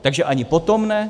Takže ani potom ne?